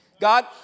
God